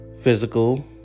Physical